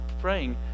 praying